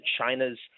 China's